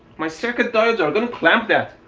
my circuit diodes are gonna clamp that!